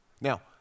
Now